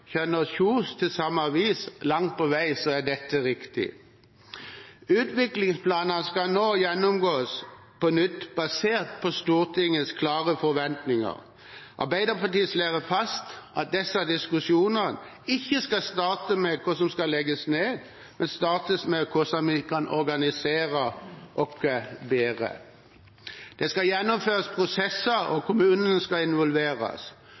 Kjønaas Kjos til samme avis: «Langt på vei er dette riktig.» Utviklingsplanene skal nå gjennomgås på nytt, basert på Stortingets klare forventninger. Arbeiderpartiet slår fast at disse diskusjonene ikke skal starte med hva som skal legges ned, men med hvordan vi kan organisere oss bedre. Det skal gjennomføres prosesser, og kommunene skal involveres.